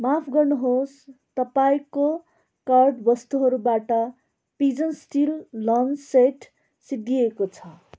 माफ गर्नुहोस् तपाईँको कार्ड वस्तुहरूबाट पिजन स्टिल लन्च सेट सिद्दिएको छ